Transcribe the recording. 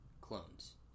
clones